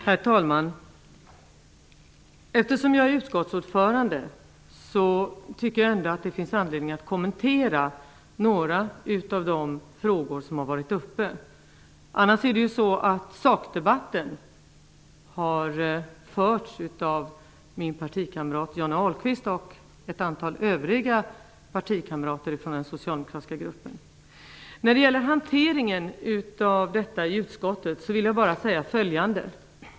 Herr talman! Eftersom jag är utskottsordförande tycker jag att det finns anledning att kommentera några av de frågor som har varit uppe till debatt. Annars har sakdebatten förts av min partikamrat Johnny Ahlqvist och ett antal andra partikamrater från den socialdemokratiska gruppen. När det gäller hanteringen i utskottet vill jag säga följande.